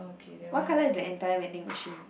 what colour is the entire vending machine